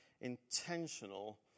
intentional